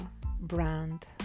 brand